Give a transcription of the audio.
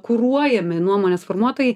kuruojami nuomonės formuotojai